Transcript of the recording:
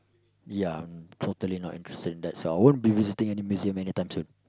ya I'm totally not interested in that so I wouldn't be visiting any museum any time soon